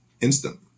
instant